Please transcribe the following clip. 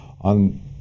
on